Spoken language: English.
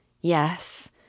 Yes